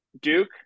Duke –